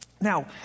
Now